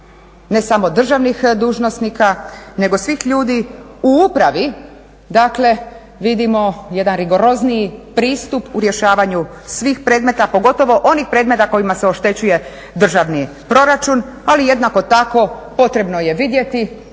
ne samo državnih dužnosnika nego svih ljudi u upravi. Dakle, vidimo jedan rigorozniji pristup u rješavanju svih predmeta pogotovo onih predmeta kojima se oštećuje državni proračun, ali jednako tako potrebno je vidjeti,